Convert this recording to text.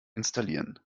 installieren